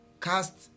cast